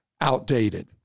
outdated